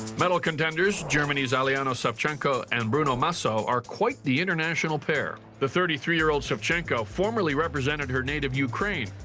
medal contenders germany's aliona savchenko and bruno massot are quite the international pair. the thirty three year old savchenko formally represented her native ukraine,